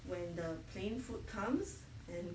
when the plane food comes and